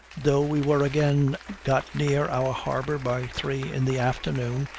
though we were again got near our harbor by three in the afternoon,